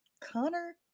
Connor